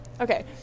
Okay